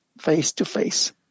face-to-face